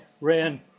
ran